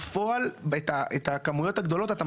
בפועל אתה מפסיד את הכמויות הגדולות.